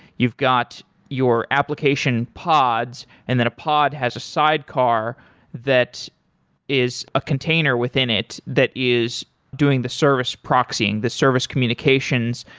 you've got your application pods, and then a pod has a sidecar that is a container within it that is doing the service proxying, the service communications.